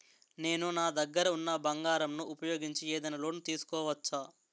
నేను నా దగ్గర ఉన్న బంగారం ను ఉపయోగించి ఏదైనా లోన్ తీసుకోవచ్చా?